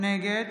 נגד